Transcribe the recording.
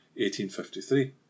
1853